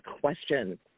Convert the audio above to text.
question